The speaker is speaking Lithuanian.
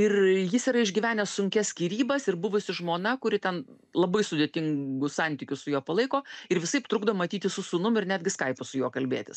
ir jis yra išgyvenęs sunkias skyrybas ir buvusi žmona kuri ten labai sudėtingus santykius su juo palaiko ir visaip trukdo matytis su sūnum ir netgi skaipu su juo kalbėtis